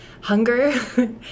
hunger